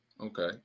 Okay